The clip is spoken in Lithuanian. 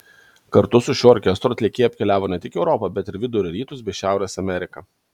kartu su šiuo orkestru atlikėja apkeliavo ne tik europą bet ir vidurio rytus bei šiaurės ameriką